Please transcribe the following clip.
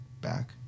back